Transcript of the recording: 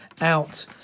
out